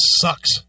sucks